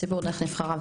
הציבור דרך נבחריו.